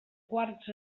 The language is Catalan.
quarks